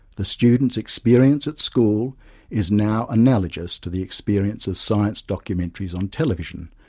the student's experience at school is now analogous to the experience of science documentaries on television,